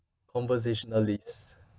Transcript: conversationalist